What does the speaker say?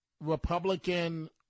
Republican